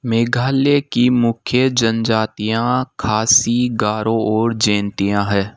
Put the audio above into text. मेघालय की मुख्य जनजातियाँ खासी गारो और जैंतियाँ है